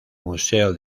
museo